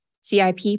CIP